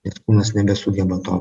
ir kūnas nebesugeba to